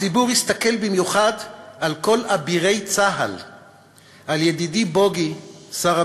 הציבור מסתכל במיוחד על כל ”אבירי צה”ל”: על ידידי בוגי שר הביטחון,